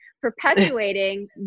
Perpetuating